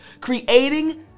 creating